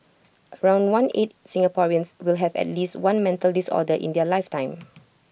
around one eight Singaporeans will have at least one mental disorder in their lifetime